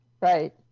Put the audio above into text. Right